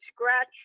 scratch